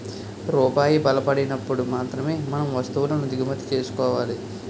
రూపాయి బలపడినప్పుడు మాత్రమే మనం వస్తువులను దిగుమతి చేసుకోవాలి